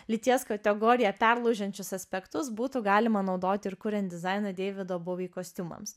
lyties kategoriją perlaužiančius aspektus būtų galima naudoti ir kuriant dizainą deivido bauvy kostiumams